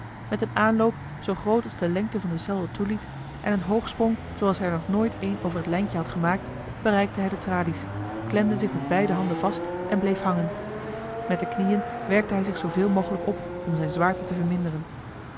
met een aanloop zoo groot als de lengte van de cel het toeliet en een hoogsprong zooals hij er nog nooit een over het lijntje had gemaakt bereikte hij de tralies klemde zich met beide handen vast en bleef hangen met de knieën werkte hij zich zooveel mogelijk op om zijn zwaarte te verminderen